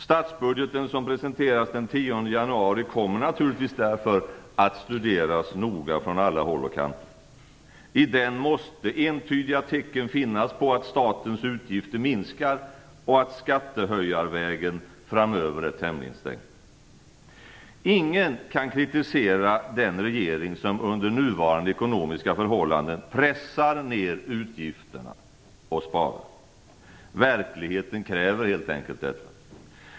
Statsbudgeten som presenteras den 10 januari kommer därför naturligtvis att studeras noga från alla håll och kanter. Det måste finnas entydiga tecken i den på att statens utgifter minskar och att skattehöjarvägen är stängd framöver. Ingen kan kritisera den regering som under nuvarande ekonomiska förhållanden pressar ner utgifterna och sparar. Verkligheten kräver helt enkelt detta.